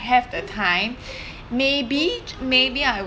have the time maybe maybe I